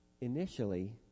Initially